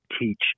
teach